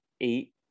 eight